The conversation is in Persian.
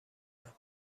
کنم